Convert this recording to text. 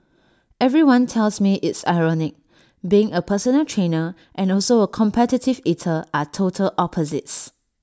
everyone tells me it's ironic being A personal trainer and also A competitive eater are total opposites